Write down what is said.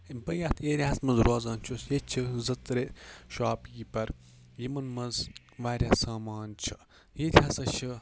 بہٕ یتھ ایریا ہَس منٛز روزان چھُس ییٚتہِ چھِ زٕ ترٛےٚ شاپ کیپَر یِمَن منٛز وارِاہ سامان چھِ ییٚتہِ ہَسا چھِ